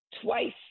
twice